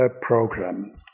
program